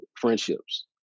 friendships